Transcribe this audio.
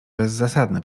bezzasadne